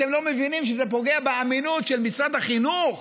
אתם לא מבינים שזה פוגע באמינות של משרד החינוך?